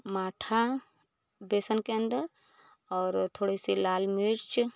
माठा बेसन के अंदर और थोड़े सी लाल मिर्च